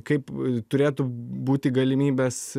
kaip turėtų būti galimybės